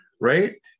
right